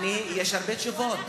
יש כמה תשובות.